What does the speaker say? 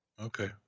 Okay